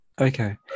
Okay